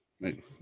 Right